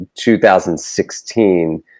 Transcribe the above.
2016